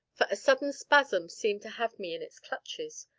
for a sudden spasm seemed to have me in its clutches,